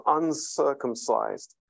uncircumcised